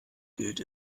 gilt